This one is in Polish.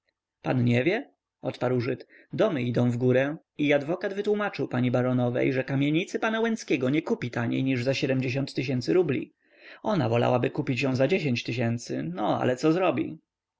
pan nie wie odparł żyd domy idą w górę i adwokat wytłómaczy pani baronowej że kamienicy pana łęckiego nie kupi taniej niż za tysięcy rubli ona wolałaby kupić ją za no ale co zrobi